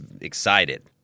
excited